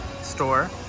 store